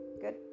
good